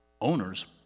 owners